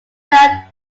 man